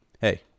Hey